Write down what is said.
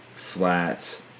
Flats